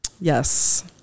Yes